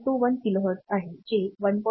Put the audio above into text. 6 khz आहे जे 1